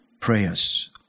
Prayers